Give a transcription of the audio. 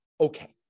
okay